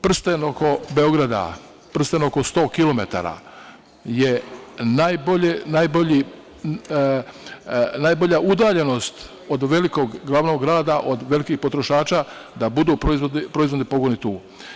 Prsten oko Beograda, prsten oko sto kilometara je najbolja udaljenost od velikog glavnog grada, od velikih potrošača da budu proizvodni pogoni tu.